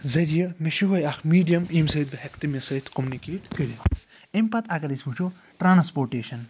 ذٔریعہ مےٚ چھُ یِہوٚے اکھ میٖڈیَم ییٚمہِ سۭتۍ بہٕ ہٮ۪کہٕ تٔمِس سۭتۍ کومنِکیٹ کٔرِتھ اَمہِ پَتہٕ اگر أسۍ وٕچھو ٹرٛانسپوٹیشَن